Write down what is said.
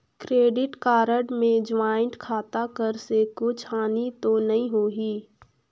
Credit card मे joint खाता कर से कुछ हानि तो नइ होही?